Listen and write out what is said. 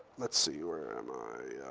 let's see. where am i?